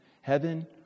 heaven